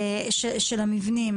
של המבנים,